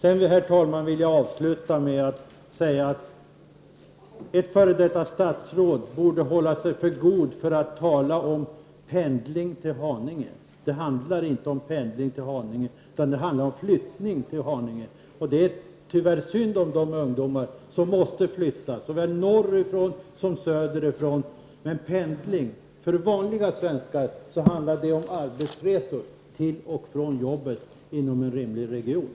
Jag vill avsluta med att säga, att ett f.d. statsråd borde hålla sig för god för att tala om ”pendling” till Haninge. Det handlar inte om pendling, utan om flyttning till Haninge. Det är synd om de ungdomar som måste flytta, såväl norrifrån som söderifrån, men pendling handlar för vanliga svenskar om arbetsresor till och från jobbet på rimliga avstånd inom en region.